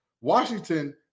Washington